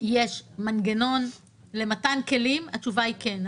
יש מנגנון למתן כלים והתשובה היא כן.